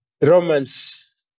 Romans